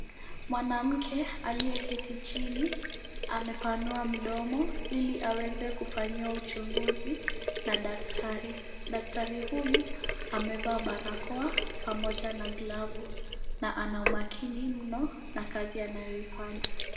Mwanamkealiyeketi chini, amepanua mdomo, ili aweze, kufanyiwa uchunguzi, na daktari, daktari huyu, amevaa barakoa, pamoja na glavu, na ana umakini mno, na kazi anayoifanya.